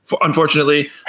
unfortunately